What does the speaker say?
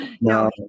No